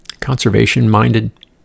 Conservation-minded